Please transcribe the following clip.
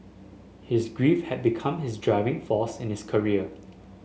his grief had become his driving force in his career